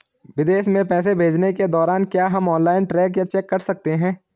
विदेश में पैसे भेजने के दौरान क्या हम ऑनलाइन ट्रैक या चेक कर सकते हैं?